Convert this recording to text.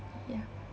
yeah